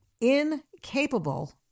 incapable